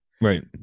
Right